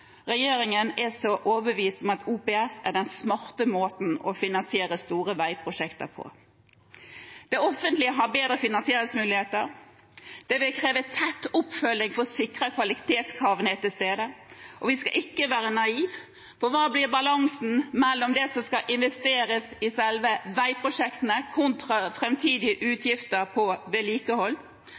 regjeringen er så overbevist om at OPS er den smarte måten å finansiere store veiprosjekter på. Det offentlige har bedre finansieringsmuligheter. Det vil kreve tett oppfølging for å sikre at kvalitetskravene er til stede, og vi skal ikke være naive. For hva blir balansen mellom det som skal investeres i selve veiprosjektene, kontra framtidige utgifter på vedlikehold?